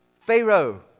Pharaoh